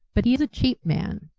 but he's a cheap man.